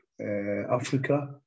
Africa